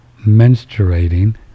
menstruating